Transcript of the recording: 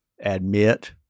admit